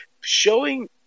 showing